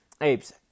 apes